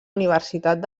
universitat